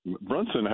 Brunson